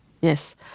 Yes